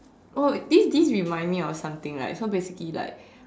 oh this this remind me of something like so basically like